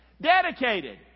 Dedicated